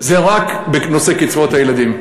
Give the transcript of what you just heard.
זה רק בנושא קצבאות הילדים.